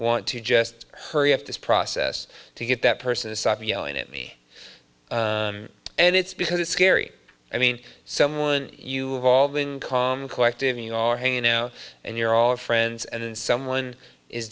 want to just hurry up this process to get that person to stop yelling at me and it's because it's scary i mean someone you have all been calm collective you are hanging out and you're all friends and someone is